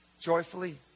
Joyfully